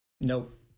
Nope